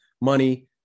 money